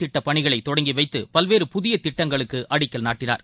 திட்டப்பணிகளை தொடங்கி வைத்து பல்வேறு புதிய திட்டங்களுக்கு அடிக்கல் நாட்டினார்